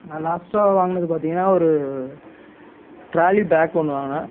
நான் லாஸ்ட்டாக வாங்கினது பார்த்திங்கன்னா ஒரு ட்ராலி பேக் ஒன்று வாங்கினேன்